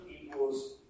equals